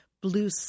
blue